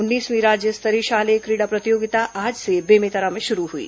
उन्नीसवीं राज्य स्तरीय शालेय क्रीडा प्रतियोगिता आज से बेमेतरा में शुरू हुई